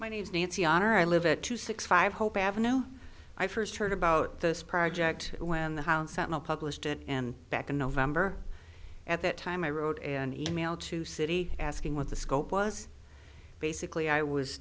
my name is nancy honor i live it to six five hope avenue i first heard about this project when the hound sentinel published it and back in november at that time i wrote an email to city asking what the scope was basically i was